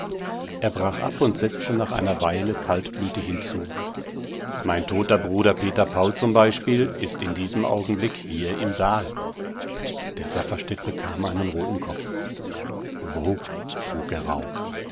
er brach ab und setzte nach einer weile kaltblütig hinzu mein toter bruder peter paul zum beispiel ist in diesem augenblick hier im saal der safferstätt bekam einen roten kopf wo frug er